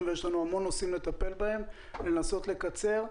לנסות לקצר.